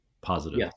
positive